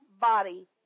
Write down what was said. body